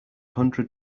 hundred